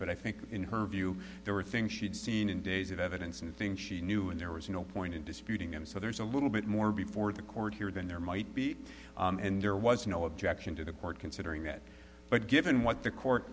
but i think in her view there were things she had seen in days of evidence and things she knew and there was no point in disputing and so there's a little bit more before the court here than there might be and there was no objection to the court considering that but given what the court